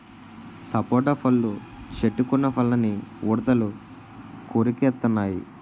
సపోటా పళ్ళు చెట్టుకున్న పళ్ళని ఉడతలు కొరికెత్తెన్నయి